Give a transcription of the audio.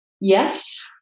yes